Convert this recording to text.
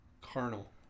Carnal